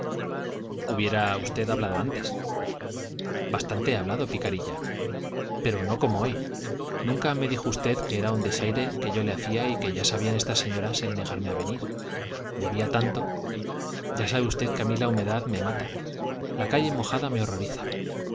hubiera usted hablado antes bastante he hablado picarilla pero no como hoy nunca me dijo usted que era un desaire que yo le hacía y que ya sabían estas señoras el negarme a venir llovía tanto ya sabe usted que a mí la humedad me mata la calle mojada me horroriza